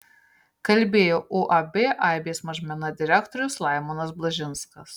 kalbėjo uab aibės mažmena direktorius laimonas blažinskas